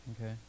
Okay